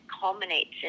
culminates